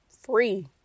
free